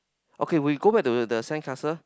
okay we go back to the sandcastle